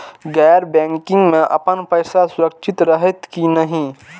गैर बैकिंग में अपन पैसा सुरक्षित रहैत कि नहिं?